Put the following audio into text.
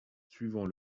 suivant